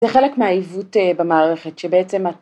זה חלק מהעיוות במערכת שבעצם..